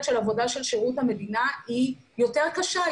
של עבודה של שירות המדינה היא יותר קשה,